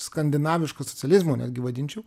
skandinaviško socializmo netgi vadinčiau